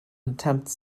attempts